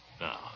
Now